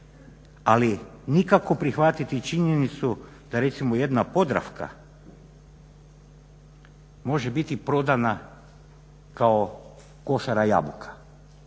ali nikako prihvatiti činjenicu da recimo jedna Podravka može biti prodana kao košara jabuka,